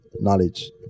knowledge